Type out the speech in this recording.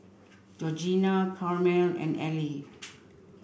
Georgina Carmel and Eli